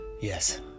yes